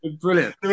Brilliant